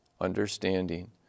understanding